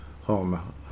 home